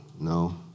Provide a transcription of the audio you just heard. No